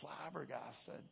flabbergasted